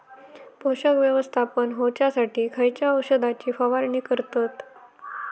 पोषक व्यवस्थापन होऊच्यासाठी खयच्या औषधाची फवारणी करतत?